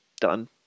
Done